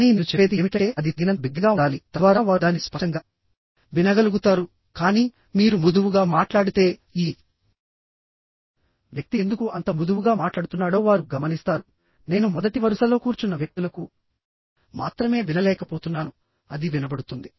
కానీ నేను చెప్పేది ఏమిటంటే అది తగినంత బిగ్గరగా ఉండాలి తద్వారా వారు దానిని స్పష్టంగా వినగలుగుతారు కానీ మీరు మృదువుగా మాట్లాడితే ఈ వ్యక్తి ఎందుకు అంత మృదువుగా మాట్లాడుతున్నాడో వారు గమనిస్తారు నేను మొదటి వరుసలో కూర్చున్న వ్యక్తులకు మాత్రమే వినలేకపోతున్నాను అది వినబడుతుంది